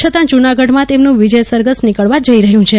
છતાં જુનાગઢ માં તેમનું વિજય સરઘસ નીકળવા જઈ રહ્યું છે